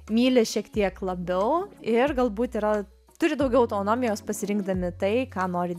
myli šiek tiek labiau ir galbūt yra turi daugiau autonomijos pasirinkdami tai ką nori